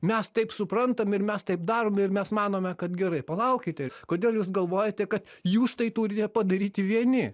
mes taip suprantam ir mes taip darom ir mes manome kad gerai palaukite kodėl jūs galvojate kad jūs tai turite padaryti vieni